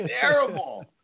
Terrible